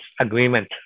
agreement